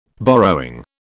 Borrowing